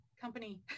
company